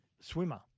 swimmer